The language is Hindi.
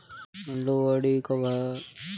लोहड़ी कब है?